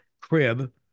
crib